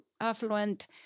affluent